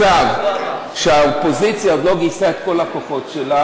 אם אני אגיע למצב שהאופוזיציה עוד לא גייסה את הכוחות שלה,